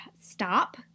stop